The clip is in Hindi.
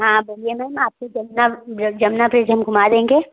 हाँ बोलिए मैम आपको जमुना जमुना ब्रिज हम घूमा देंगे